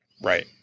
right